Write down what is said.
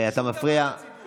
שום דבר לציבור.